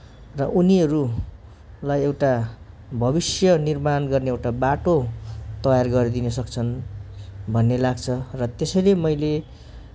र उनीहरूलाई एउटा भविष्य निर्माण गर्ने एउटा बाटो तयार गरिदिन सक्छन् भन्ने लाग्छ र त्यसैले मैले